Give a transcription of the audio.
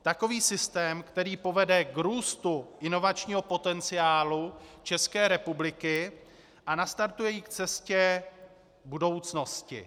Takový systém, který povede k růstu inovačního potenciálu České republiky a nastartuje ji k cestě budoucnosti.